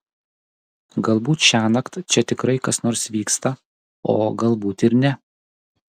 galbūt šiąnakt čia tikrai kas nors vyksta o galbūt ir ne